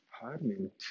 apartment